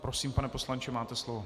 Prosím, pane poslanče, máte slovo.